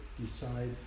decide